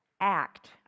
act